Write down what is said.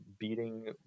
beating